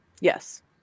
Yes